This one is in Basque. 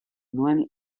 nuen